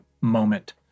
moment